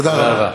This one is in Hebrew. תודה רבה.